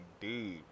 dude